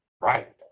Right